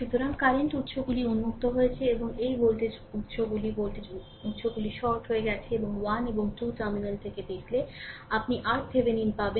সুতরাং কারেন্ট উৎসগুলি উন্মুক্ত হয়েছে এবং এই ভোল্টেজ উত্সগুলি ভোল্টেজ উৎস গুলি শর্ট হয়ে গেছে এবং 1 এবং 2 টার্মিনাল থেকে দেখলে আপনি RThevenin পাবেন